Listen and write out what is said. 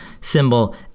symbol